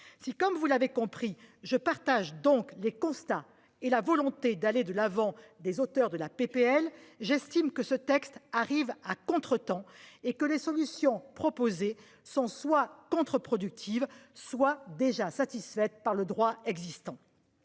Si comme vous l'avez compris. Je partage donc les constats et la volonté d'aller de l'avant des auteurs de la PPL, j'estime que ce texte arrive à contretemps et que les solutions proposées sont soit contre-productive soit déjà satisfaite par le droit existant.